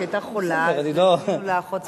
כשהיא היתה חולה, הזמינו לה אחות צמודה.